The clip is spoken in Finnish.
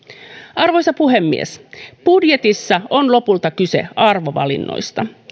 arvoisa puhemies budjetissa on lopulta kyse arvovalinnoista